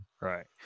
right